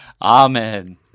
Amen